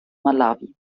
malawi